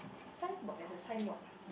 signboard there' a signboard ah